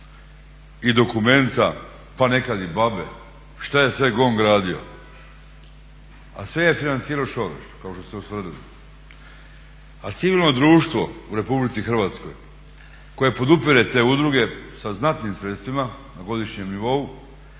i dokumenta, pa nekad i BaBe. Šta je sve GONG radio a sve je financirao …/Govornik se ne razumije./… kao što ste ustvrdili. A civilno društvo u RH koje podupire te udruge sa znatnim sredstvima na godišnjem nivou